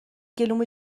گلومو